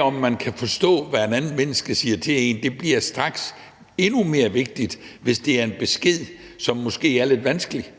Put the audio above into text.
om man kan forstå, hvad et andet menneske siger til en, bliver straks endnu mere vigtigt, hvis det er en besked, som måske er lidt vanskelig.